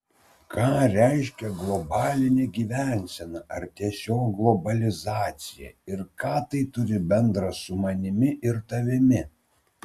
ką reiškia globalinė gyvensena ar tiesiog globalizacija ir ką tai turi bendra su manimi ir tavimi